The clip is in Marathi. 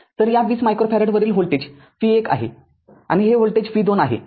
तर या २० मायक्रो फॅरेड वरील व्होल्टेज v१ आहे आणि हे व्होल्टेज v२ आहे